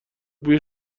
بوی